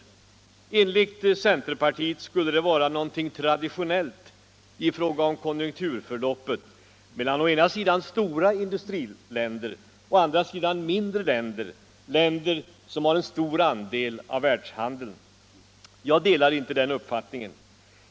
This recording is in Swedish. Enligt centerpartiet skulle det vara en traditionell skillnad i fråga om konjunkturförloppet mellan å ena sidan stora industriländer och å andra sidan mindre länder med en stor andel av världshandeln. Jag delar inte den uppfattningen.